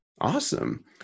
Awesome